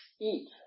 eat